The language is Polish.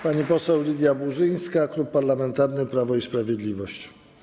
Pani poseł Lidia Burzyńska, Klub Parlamentarny Prawo i Sprawiedliwość.